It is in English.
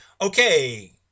Okay